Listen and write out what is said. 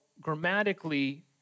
grammatically